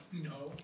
No